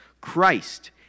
Christ